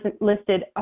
listed